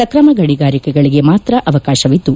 ಸಕ್ರಮ ಗಣಿಗಾರಿಕೆಗಳಿಗೆ ಮಾತ್ರ ಅವಕಾಶವಿದ್ದು